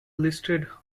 listed